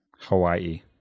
Hawaii